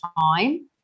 time